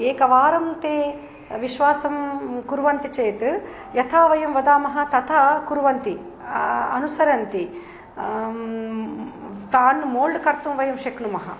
एकवारं ते विश्वासं कुर्वन्ति चेत् यथा वयं वदामः तथा कुर्वन्ति अनुसरन्ति तान् मोल्ड् कर्तुं वयं शक्नुमः